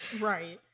right